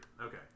Okay